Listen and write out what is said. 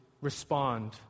respond